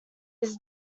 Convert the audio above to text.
his